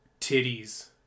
titties